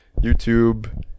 YouTube